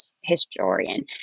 historian